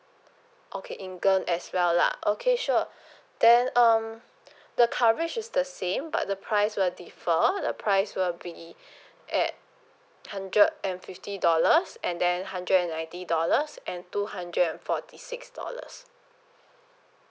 okay england as well lah okay sure then um the coverage is the same but the price will differ all the price will be at hundred and fifty dollars and then hundred and ninety dollars and two hundred and forty six dollars